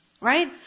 right